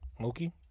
Mookie